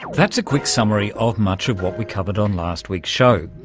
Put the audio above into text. that's a quick summary of much of what we covered on last week's show.